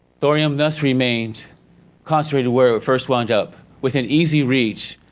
thorium thus remained concentrated where it first wound up within easy reach.